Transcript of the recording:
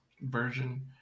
version